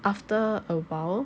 after a while